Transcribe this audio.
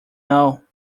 know